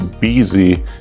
busy